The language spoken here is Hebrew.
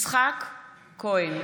יצחק כהן,